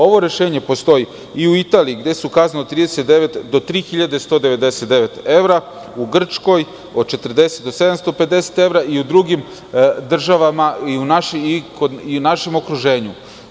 Ovo rešenje postoji u Italiji gde su kazne od 39 do 3.199 evra, u Grčkoj od 40 do 750 evra i u drugim državama našeg okruženja.